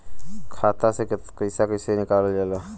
खाता से पैसा कइसे निकालल जाला?